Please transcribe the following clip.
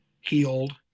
healed